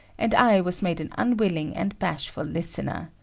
and i was made an unwilling and bashful listener.